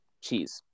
cheese